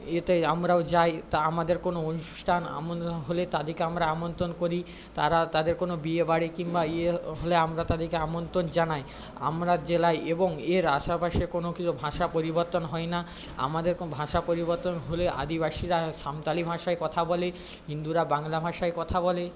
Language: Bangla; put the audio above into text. এতে আমরাও যায় তা আমাদের কোনো অনুষ্ঠান আমন হলে তাদেরকে আমরা আমন্ত্রণ করি তারা তাদের কোনো বিয়ে বাড়ি কিংবা ইয়ে হলে আমরা তদের আমন্ত্রণ জানাই আমরা জেলায় এবং এর আশেপাশে কোনো কিছু ভাষা পরিবর্তন হয় না আমাদের কোনো ভাষা পরিবর্তন হলে আদিবাসীরা সাঁওতালি কথা বলে হিন্দুরা বাংলা ভাষায় কথা বলে